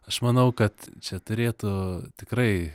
aš manau kad čia turėtų tikrai